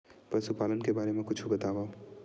पशुपालन के बारे मा कुछु बतावव?